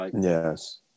yes